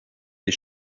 des